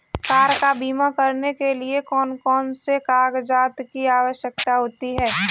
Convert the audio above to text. Car का बीमा करने के लिए कौन कौन से कागजात की आवश्यकता होती है?